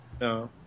No